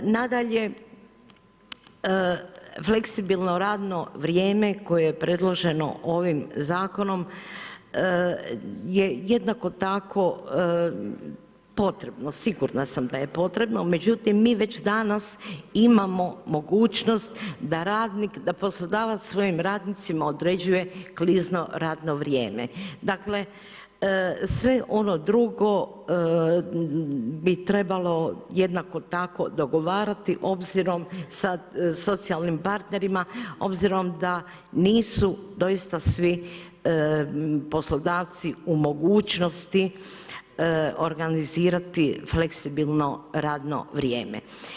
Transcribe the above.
Nadalje, fleksibilno radno vrijeme koje je predloženo ovim zakonom je jednako tako potrebno, sigurna sam da je potrebno, međutim mi već danas imamo mogućnost da radnik, da poslodavac svojim radnicima određuje klizno radno vrijeme, dakle sve ono drugo bi trebalo jednako tako dogovarati, obzirom sa socijalnim partnerima, obzirom da nisu doista svi poslodavci u mogućnosti organizirati fleksibilno radno vrijeme.